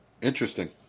Interesting